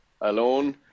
alone